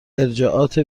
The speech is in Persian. ارجاعات